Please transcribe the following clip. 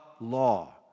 law